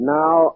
now